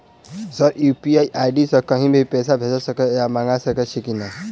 Sir UPI ID सँ कहि भी पैसा भेजि सकै या मंगा सकै छी की न ई?